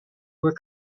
were